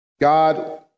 God